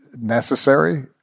necessary